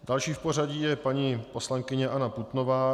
Další v pořadí je paní poslankyně Anna Putnová.